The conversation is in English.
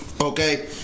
Okay